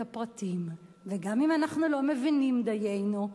הפרטים וגם אם אנחנו לא מבינים דיינו,